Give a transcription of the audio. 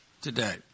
today